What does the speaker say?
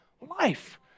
life